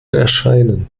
erscheinen